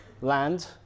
land